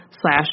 slash